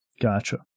Gotcha